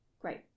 great